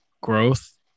growth